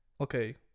okay